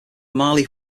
marley